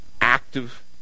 active